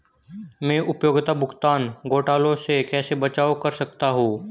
मैं उपयोगिता भुगतान घोटालों से कैसे बचाव कर सकता हूँ?